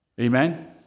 Amen